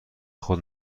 خود